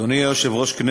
אדוני היושב-ראש,